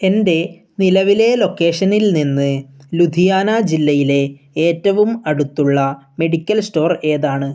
എൻ്റെ നിലവിലെ ലൊക്കേഷനിൽ നിന്ന് ലുധിയാന ജില്ലയിലെ ഏറ്റവും അടുത്തുള്ള മെഡിക്കൽ സ്റ്റോർ ഏതാണ്